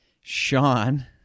Sean